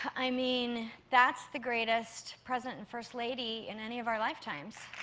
i mean, that's the greatest president and first lady in any of our lifetimes.